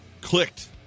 clicked